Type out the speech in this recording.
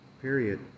Period